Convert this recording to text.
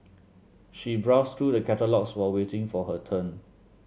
she browsed through the catalogues while waiting for her turn